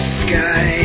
sky